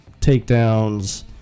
takedowns